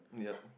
yup